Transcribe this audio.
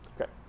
okay